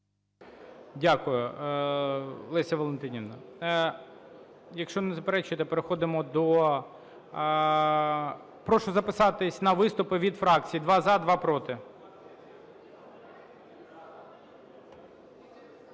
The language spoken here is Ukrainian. Дякую, Леся Валентинівна. Якщо не заперечуєте, переходимо до... Прошу записатися на виступи від фракцій: два – за, два – проти.